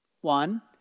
One